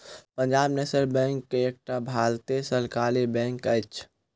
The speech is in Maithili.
पंजाब नेशनल बैंक एकटा भारतीय सरकारी बैंक अछि